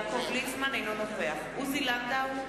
אינו נוכח עוזי לנדאו,